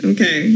Okay